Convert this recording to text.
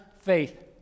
faith